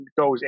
goes